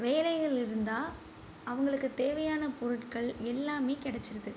வேலைகள் இருந்தால் அவங்களுக்கு தேவையான பொருட்கள் எல்லாமே கிடச்சிருது